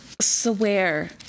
swear